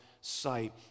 sight